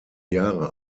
jahre